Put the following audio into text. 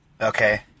Okay